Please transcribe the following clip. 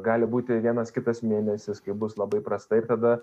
gali būti vienas kitas mėnesis kai bus labai prastai tada